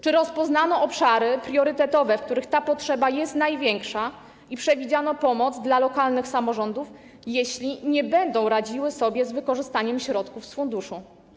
Czy rozpoznano obszary priorytetowe, w których ta potrzeba jest największa, i przewidziano pomoc dla lokalnych samorządów, jeśli nie będą radziły sobie z wykorzystaniem środków z funduszu?